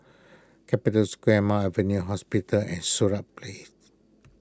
Capital Square Mount Alvernia Hospital and Sirat Place